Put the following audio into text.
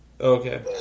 Okay